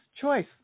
choice